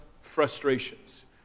frustrations